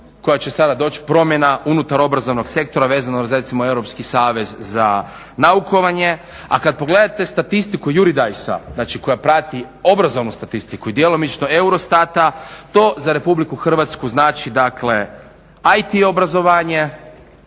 koja će sada doći promjena unutar obrazovnog sektora vezano uz recimo Europski savez za naukovanje. A kada pogledate statistiku Euridis-a, znači koja prati obrazovnu statistiku i djelomično Eurostat-a to za RH znači dakle IT obrazovanje,